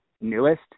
newest